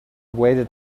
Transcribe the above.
waited